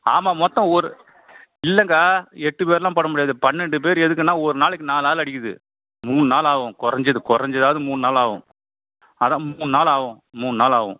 ஆமாம் மொத்தம் ஒரு இல்லைங்க எட்டு பேருலாம் போட முடியாது பன்னெண்டு பேர் எதுக்குன்னா ஒரு நாளைக்கு நாலு ஆள் அடிக்கிறது மூணு நாள் ஆகும் கொறைஞ்சது கொறைஞ்சதாவது மூணு நாள் ஆகும் அதான் மூணு நாள் ஆகும் மூணு நாள் ஆகும்